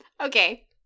Okay